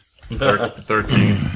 Thirteen